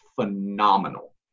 phenomenal